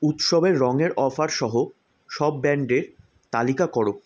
উৎসবের রঙের অফার সহ সব ব্র্যান্ডের তালিকা করো